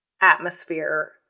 atmosphere